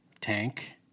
tank